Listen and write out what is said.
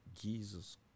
Jesus